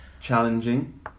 Challenging